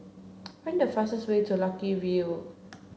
find the fastest way to Lucky View